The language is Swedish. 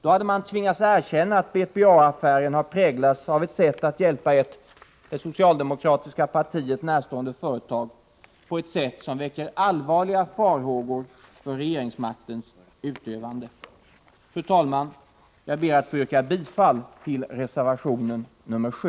Då hade man tvingats medge att BPA-affären har präglats av ett sätt att hjälpa ett det socialdemokratiska partiet närstående företag som väcker allvarliga farhågor för regeringsmaktens utövande. Fru talman! Jag ber att få yrka bifall till reservationen nr 7.